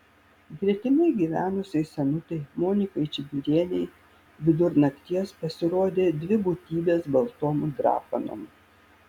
gretimai gyvenusiai senutei monikai čibirienei vidur nakties pasirodė dvi būtybės baltom drapanom